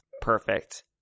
Perfect